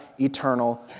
eternal